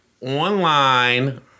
online